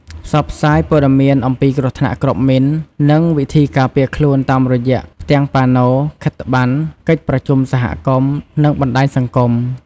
ផ្សព្វផ្សាយព័ត៌មានអំពីគ្រោះថ្នាក់គ្រាប់មីន និងវិធីការពារខ្លួនតាមរយៈផ្ទាំងប៉ាណូ ខិត្តប័ណ្ណ កិច្ចប្រជុំសហគមន៍ និងបណ្ដាញសង្គម។